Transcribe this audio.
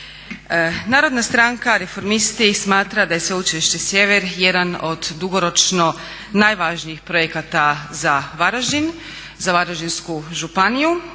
Narodna stranka Reformisti smatra da je Sveučilište Sjever jedan od dugoročno najvažnijih projekata za Varaždin, za Varaždinsku županiju,